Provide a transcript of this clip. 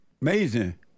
Amazing